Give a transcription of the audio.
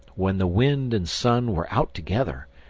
when the wind and sun were out together,